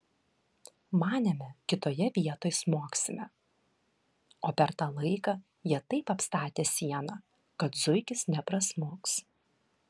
manėme kitoje vietoj smogsime o per tą laiką jie taip apstatė sieną kad zuikis neprasmuks